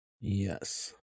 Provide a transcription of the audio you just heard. Yes